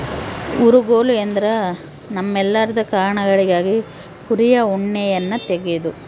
ಊರುಗೋಲು ಎಂದ್ರ ನೈರ್ಮಲ್ಯದ ಕಾರಣಗಳಿಗಾಗಿ ಕುರಿಯ ಉಣ್ಣೆಯನ್ನ ತೆಗೆದು